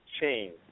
change